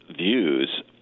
views